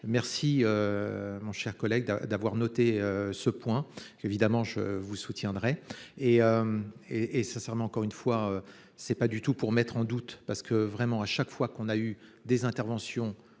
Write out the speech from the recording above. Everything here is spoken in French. merci. Mon cher collègue, d'avoir noté ce point évidemment je vous soutiendrai et. Et et sincèrement, encore une fois c'est pas du tout pour mettre en doute parce que vraiment à chaque fois qu'on a eu des interventions